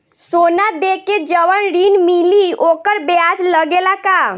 सोना देके जवन ऋण मिली वोकर ब्याज लगेला का?